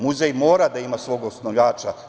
Muzej mora da ima svog osnivača.